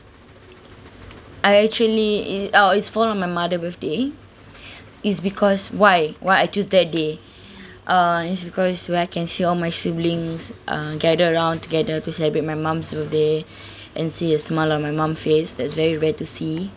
I actually is uh is one of my mother birthday is because why why I choose that day err is because where I can see all my siblings uh gather around together to celebrate my mum's birthday and see a smile on my mum face that's very rare to see